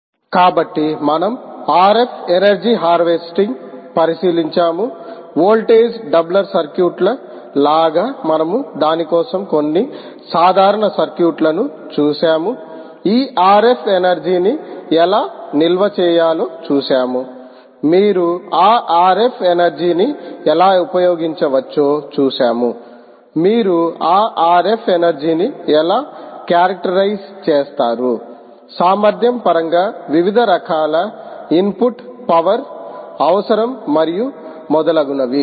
battery less power supply and battery life calculation for embedded devices III కాబట్టి మనం R F energy harvesting పరిశీలించాము voltage doubler సర్క్యూట్ల లాగా మనము దాని కోసం కొన్ని సాధారణ సర్క్యూట్లను చూశాము ఈ ఆర్ ఎఫ్ఎనర్జీ ని ఎలా నిల్వ చేయాలో చూశాము మీరు ఆ ఆర్ ఎఫ్ఎనర్జీ ని ఎలా ఉపయోగించవచ్చో చూశాము మీరు ఆ ఆర్ ఎఫ్ఎనర్జీ ని ఎలా కారక్టరైజ్ చేస్తారు సామర్థ్యం పరంగా వివిధ రకాల ఇన్పుట్ పవర్ అవసరం మరియు మొదలగునవి